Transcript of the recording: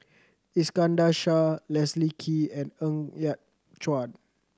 Iskandar Shah Leslie Kee and Ng Yat Chuan